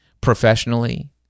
professionally